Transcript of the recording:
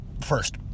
first